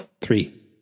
Three